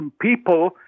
people